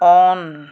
on